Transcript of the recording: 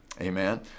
amen